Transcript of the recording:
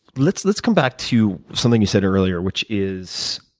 let's let's come back to something you said earlier, which is